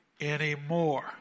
anymore